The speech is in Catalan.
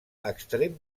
extrem